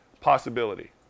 possibility